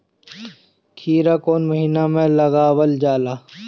खीरा कौन महीना में लगावल जाला?